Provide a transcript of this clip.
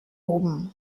oben